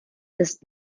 ist